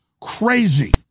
crazy